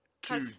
Two